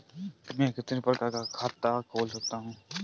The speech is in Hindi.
मैं कितने प्रकार का खाता खोल सकता हूँ?